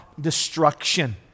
destruction